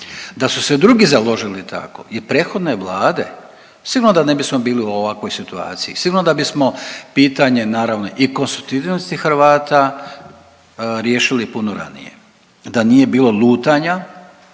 Da su se drugi založili tako i prethodne vlade sigurno da ne bismo bili u ovakvoj situaciji, sigurno da bismo pitanje naravno i konstitutivnosti Hrvata riješili puno ranije da nije bilo lutanja